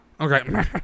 Okay